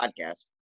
podcast